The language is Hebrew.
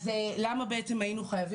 זה קורה לקראת